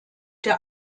der